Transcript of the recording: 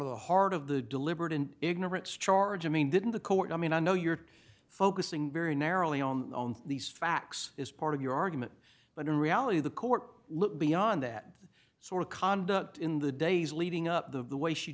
of the heart of the deliberate and ignorance charge amine didn't the court i mean i know you're focusing very narrowly on these facts as part of your argument but in reality the court looked beyond that sort of conduct in the days leading up to the way she